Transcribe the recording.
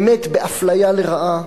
באמת באפליה לרעה.